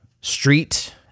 street